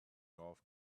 golf